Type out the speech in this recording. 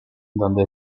donde